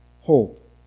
hope